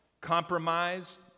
compromised